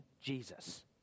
Jesus